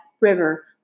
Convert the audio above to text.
river